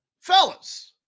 Fellas